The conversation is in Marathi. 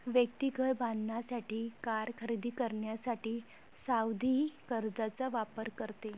व्यक्ती घर बांधण्यासाठी, कार खरेदी करण्यासाठी सावधि कर्जचा वापर करते